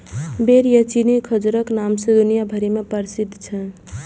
बेर या चीनी खजूरक नाम सं दुनिया भरि मे प्रसिद्ध छै